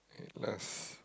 at last